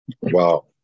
Wow